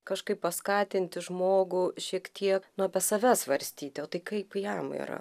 kažkaip paskatinti žmogų šiek tiek nu save svarstyti o tai kaip jam yra